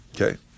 Okay